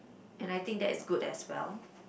and I think that is good as well